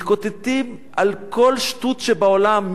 מתקוטטים על כל שטות שבעולם.